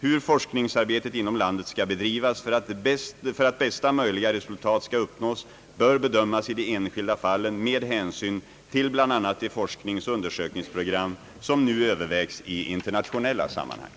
Hur forskningsarbetet inom landet skall bedrivas för att bästa möjliga resultat skall uppnås bör bedömas i de enskilda fallen med hänsyn till bl.a. de forskningsoch undersökningsprogram som nu övervägs i internationella sammanhang.